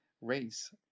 race